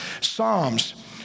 Psalms